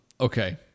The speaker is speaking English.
Okay